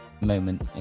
moment